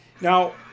Now